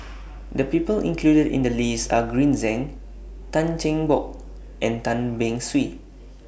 The People included in The list Are Green Zeng Tan Cheng Bock and Tan Beng Swee